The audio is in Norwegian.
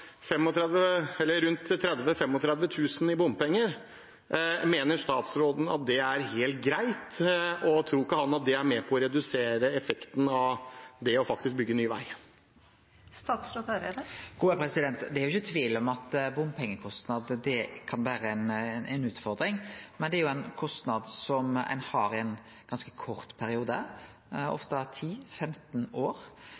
Bamble, eller bor i Bamble og jobber i Tvedestrand, er helt greit? Og tror han ikke at det er med på å redusere effekten av det faktisk å bygge ny vei? Det er ikkje tvil om at bompengekostnader kan vere ei utfordring, men det er ein kostnad som ein har ein ganske kort periode,